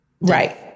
Right